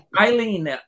Eileen